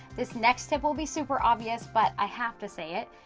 this next step will be super obvious but i have to say it,